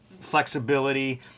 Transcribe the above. flexibility